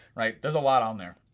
right, there's a lot on there.